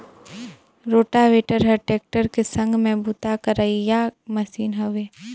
rotavator हर tractor के संघ में बूता करोइया मसीन हवे